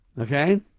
Okay